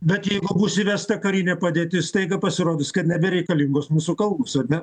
bet jeigu bus įvesta karinė padėtis staiga pasirodys kad nebereikalingos mūsų kalbos ar ne